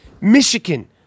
Michigan